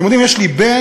אתם יודעים, יש לי בן,